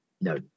No